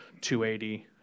280